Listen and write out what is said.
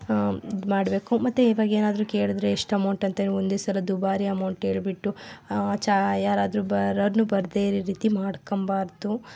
ಮಾಡ್ಬೇಕು ಮತ್ತೆ ಇವಾಗೇನಾದ್ರೂ ಕೇಳಿದ್ರೆ ಇಷ್ಟು ಅಮೌಂಟ್ ಅಂತ ಒಂದೇ ಸಲ ದುಬಾರಿ ಅಮೌಂಟ್ ಹೇಳ್ಬಿಟ್ಟು ಚ ಯಾರಾದ್ರೂ ಬರೊವ್ರನ್ನ ಬರದೇ ಇರೋ ರೀತಿ ಮಾಡ್ಕೋಬಾರ್ದು